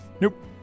Nope